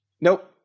Nope